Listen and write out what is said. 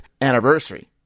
anniversary